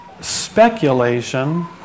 speculation